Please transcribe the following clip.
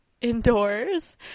indoors